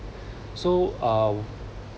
so uh